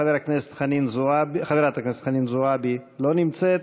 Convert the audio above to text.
חברת הכנסת חנין זועבי, לא נמצאת.